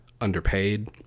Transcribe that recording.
underpaid